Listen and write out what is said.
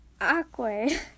awkward